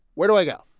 where do i go?